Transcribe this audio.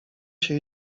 się